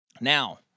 now